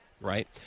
Right